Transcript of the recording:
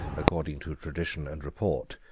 according to tradition and report,